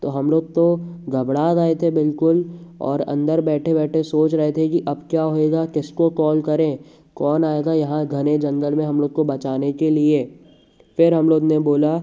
तो हम लोग तो घबरा गए थे बिल्कुल और अंदर बैठे बैठे सोच रहे थे कि अब क्या होएगा किसको कॉल करें कौन आएगा यहाँ घने जंगल में हम लोग को बचाने के लिए फिर हम लोग ने बोला